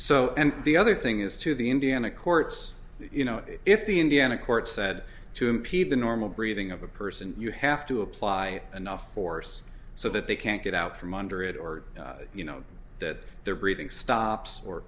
so and the other thing is to the indiana courts you know if the indiana court said to impede the normal breathing of a person you have to apply enough force so that they can't get out from under it or you know that they're breathing stops or